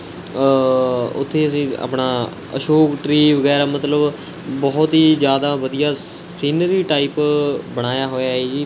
ਉੱਥੇ ਅਸੀਂ ਆਪਣਾ ਅਸ਼ੋਕ ਟਰੀ ਵਗੈਰਾ ਮਤਲਬ ਬਹੁਤ ਹੀ ਜ਼ਿਆਦਾ ਵਧੀਆ ਸਿਨਰੀ ਟਾਈਪ ਬਣਾਇਆ ਹੋਇਆ ਹੈ ਜੀ